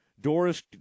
Doris